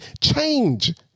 change